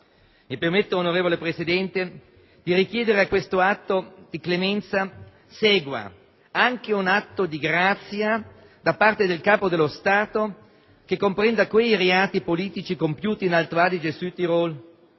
Mi permetta, onorevole Presidente, di richiedere che a questo atto di clemenza segua anche un atto di grazia da parte del Capo dello Stato che comprenda quei reati politici compiuti in Alto Adige-Südtirol